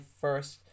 first